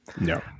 No